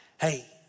hey